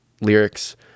lyrics